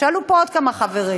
שאלו פה עוד כמה חברים.